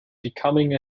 becoming